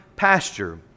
pasture